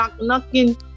knocking